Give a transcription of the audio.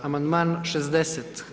Amandman 60.